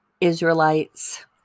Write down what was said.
Israelites